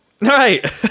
Right